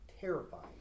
terrifying